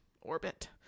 orbit